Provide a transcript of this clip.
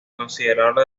considerarlo